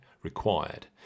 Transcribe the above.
Required